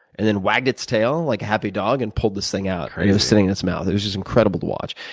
and then it wagged its tail like a happy dog and pulled this thing out. it was sitting in its mouth. it was incredible to watch.